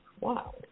Wow